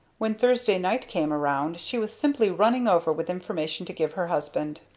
when thursday night came around she was simply running over with information to give her husband.